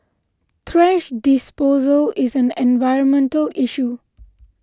thrash disposal is an environmental issue